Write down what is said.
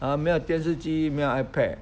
ah 没有电视机没有 ipad